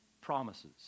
promises